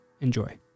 Enjoy